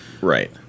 Right